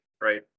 right